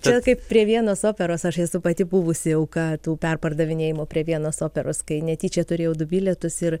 čia kaip prie vienos operos aš esu pati buvusi auka tų perpardavinėjimų prie vienos operos kai netyčia turėjau du bilietus ir